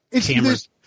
cameras